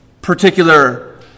particular